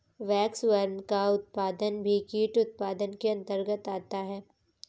waxworm का उत्पादन भी कीट उत्पादन के अंतर्गत आता है